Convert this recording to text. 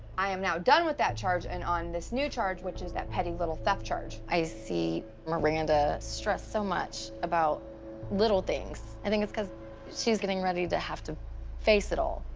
i am now done with that charge and on this new charge, which is that petty little theft charge. i see maranda stress so much about little things. i think it's cause she's getting ready to have to face it all.